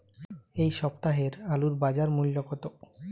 এ সপ্তাহের আলুর বাজার মূল্য কত?